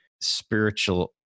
spiritual